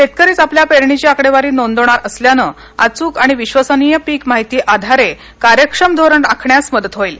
शेतकरीच आपल्या पेरणीची आकडेवारी नोंदवणार असल्यानं अचूक आणि विश्वसनीय पीक माहिती आधारे कार्यक्षम धोरण आखण्यास मदत होईल